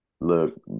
Look